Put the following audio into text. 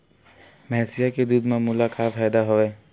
भैंसिया के दूध म मोला का फ़ायदा हवय?